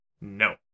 No